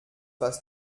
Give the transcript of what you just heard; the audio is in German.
was